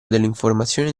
dell’informazione